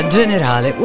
generale